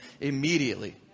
immediately